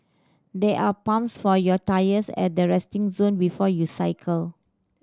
there are pumps for your tyres at the resting zone before you cycle